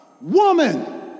woman